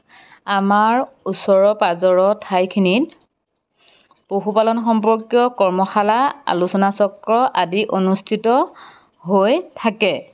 আমাৰ ওচৰৰ পাঁজৰত ঠাইখিনিত পশুপালন সম্পৰ্কীয় কৰ্মশালা আলোচনা চক্ৰ আদি অনুষ্ঠিত হৈ থাকে